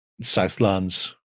Southlands